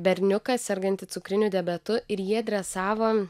berniuką sergantį cukriniu diabetu ir jie dresavo